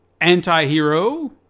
Antihero